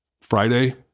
Friday